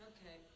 Okay